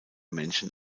männchen